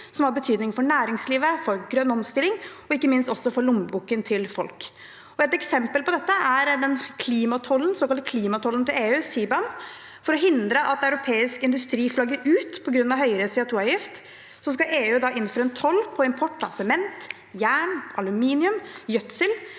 som har betydning for næringslivet, for grønn omstilling og ikke minst for lommeboken til folk. Et eksempel på dette er den såkalte klimatollen til EU, CBAM. For å hindre at europeisk industri flagger ut på grunn av høyere CO2-avgift, skal EU fra 2026 innføre en toll på import av sement, jern, aluminium og gjødsel